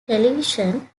television